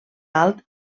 alt